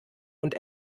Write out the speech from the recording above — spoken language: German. und